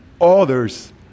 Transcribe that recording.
others